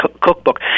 cookbook